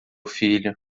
filho